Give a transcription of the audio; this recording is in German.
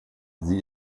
sie